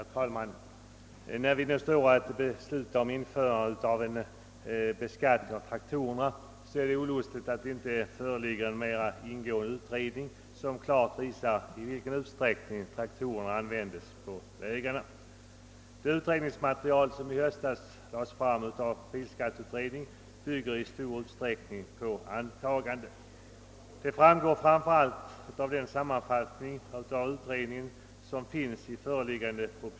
Herr talman! När vi nu står i begrepp att besluta om införande av beskattning av traktorer är det olustigt att det inte finns en mera ingående utredning som klart visar i vilken utsträckning traktorerna används på vägarna. Det utredningsmaterial som i höstas framlades av bilskatteutredningen bygger i stor utsträckning på antaganden, vilket framför allt framgår av den sammanfattning av utredningens betänkande som refereras i föreliggande proposition.